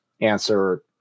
answer